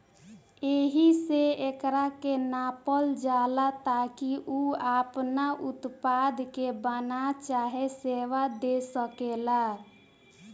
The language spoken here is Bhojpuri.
एहिसे एकरा के नापल जाला ताकि उ आपना उत्पाद के बना चाहे सेवा दे सकेला